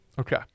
Okay